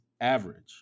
average